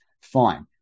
Fine